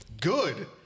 good